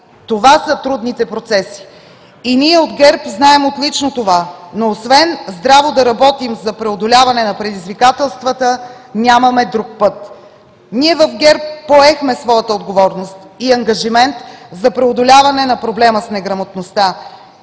Това са трудните процеси и ние от ГЕРБ знаем отлично това, но освен здраво да работим за преодоляване на предизвикателствата, нямаме друг път. Ние в ГЕРБ поехме своята отговорност и ангажимент за преодоляване на проблема с неграмотността.